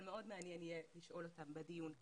אבל מאוד מעניין יהיה לשאול אותן בדיון כאן.